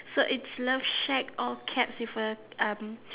so it's love shack all caps with a um